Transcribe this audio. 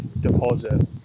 deposit